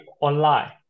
online